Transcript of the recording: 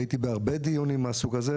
הייתי בהרבה דיונים מהסוג הזה,